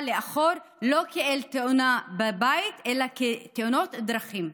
לאחור לא כתאונה בבית אלא כתאונות דרכים,